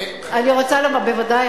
בוודאי,